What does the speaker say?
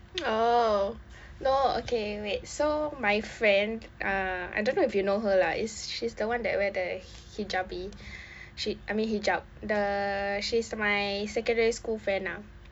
oh no okay wait so my friend ah I don't know if you know her lah is she's the one that wear the hijabi she I mean hijab the she's my secondary school friend lah